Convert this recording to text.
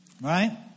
Right